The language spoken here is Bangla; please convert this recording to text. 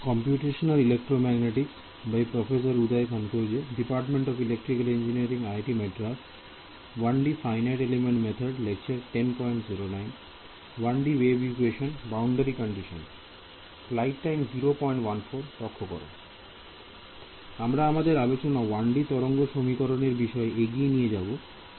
আমরা আমাদের আলোচনা 1D তরঙ্গ সমীকরণ এর বিষয় এগিয়ে নিয়ে যাবে যেখানে আমরা FEM ব্যবহার করেছি